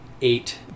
eight